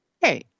Hey